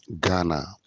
Ghana